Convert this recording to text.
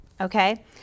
Okay